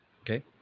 Okay